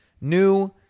new